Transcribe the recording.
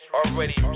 already